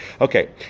Okay